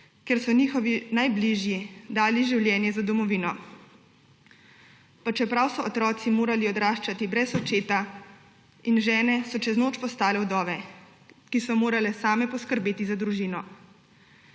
ker so njihovi najbližji dali življenje za domovino, pa čeprav so otroci morali odraščati brez očeta in žene so čez noč postale vdove, ki so morale same poskrbeti za družino.